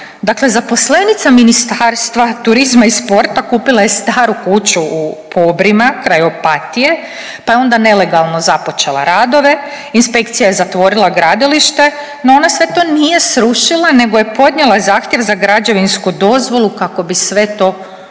Dakle, zaposlenica Ministarstva turizma i sporta kupila je staru kuću u Pobrima kraj Opatije, pa je onda nelegalno započela radove. Inspekcija je zatvorila gradilište, no ona sve to nije srušila, nego je podnijela zahtjev za građevinsku dozvolu kako bi sve to ozakonila.